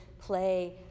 play